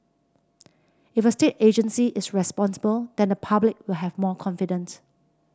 if a state agency is responsible then the public will have more confident